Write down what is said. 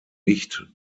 nicht